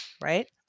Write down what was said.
right